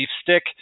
stick